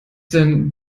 denn